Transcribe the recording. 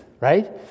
right